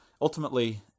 Ultimately